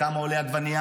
כמה עולה עגבנייה